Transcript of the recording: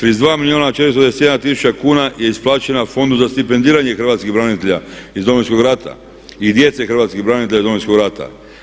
32 milijuna 421 tisuća kuna je isplaćena fondu za stipendiranje hrvatskih branitelja iz Domovinskog rata i djeci hrvatskih branitelja Domovinskog rata.